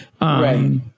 Right